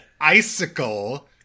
Icicle